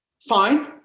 fine